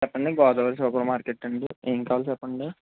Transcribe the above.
చెప్పండి Godavari supermarket అండి ఏం కావాలి చెప్పండి